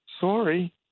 sorry